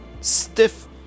stiff